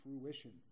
fruition